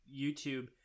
YouTube